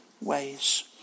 ways